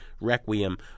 Requiem